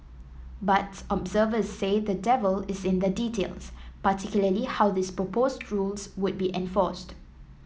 but observers say the devil is in the details particularly how these proposed rules would be enforced